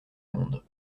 monde